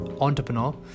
entrepreneur